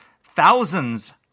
thousands